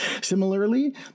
Similarly